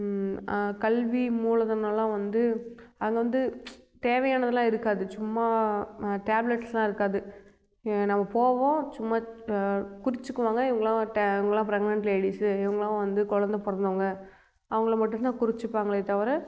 கல்வி மூலதனலாம் வந்து அங்கே வந்து தேவையானதெலாம் இருக்காது சும்மா ம டேப்லெட்ஸ்லாம் இருக்காது நம்ம போவோம் சும்மா குறிச்சிக்குவாங்க இவங்கலாம் டே இவங்கலாம் ப்ரெக்னென்ட் லேடிஸு இவங்கலாம் வந்து குழந்த பிறந்தவுங்க அவங்கள மட்டுந்தான் குறிச்சிப்பாங்களே தவிர